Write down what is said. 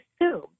assume